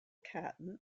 caton